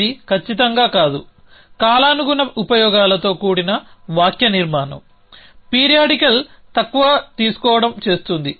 ఇది ఖచ్చితంగా కాదు కాలానుగుణ ఉపయోగాలతో కూడిన వాక్యనిర్మాణం పీరియాడికల్ తక్కువ తీసుకోవడం చేస్తుంది